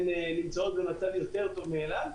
הן נמצאות במצב יותר טוב מאל על.